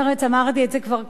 אמרתי את זה כבר קודם,